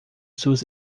suas